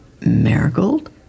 Marigold